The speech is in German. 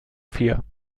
vier